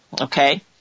Okay